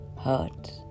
hurt